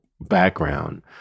background